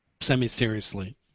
semi-seriously